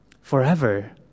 Forever